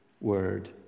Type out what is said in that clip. word